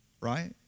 Right